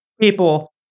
people